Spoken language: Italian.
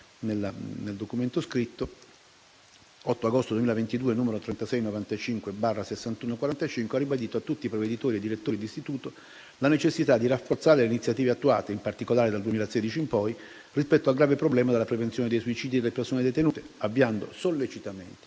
nel documento scritto), ha ribadito a tutti i provveditori e direttori d'istituto la necessità di rafforzare le iniziative attuate, in particolare dal 2016 in poi, rispetto al grave problema della prevenzione dei suicidi delle persone detenute, avviando sollecitamente